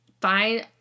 Fine